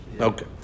Okay